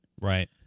right